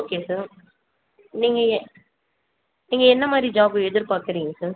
okay sir நீங்கள் ஏ நீங்கள் என்ன மாதிரி ஜாபு எதிர்பார்க்குறீங்க சார்